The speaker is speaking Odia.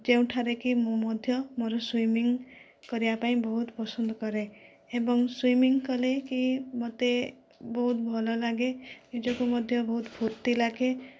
ଯେଉଁଠାରେ କି ମୁଁ ମଧ୍ୟ ମୋର ସୁଇମିଂ କରିବା ପାଇଁ ବହୁତ ପସନ୍ଦ କରେ ଏବଂ ସୁଇମିଂ କଲେ କି ମୋତେ ବହୁତ ଭଲ ଲାଗେ ନିଜକୁ ମଧ୍ୟ ବହୁତ ଫୁର୍ତ୍ତି ଲାଗେ